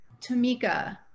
tamika